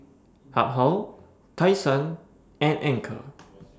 Habhal Tai Sun and Anchor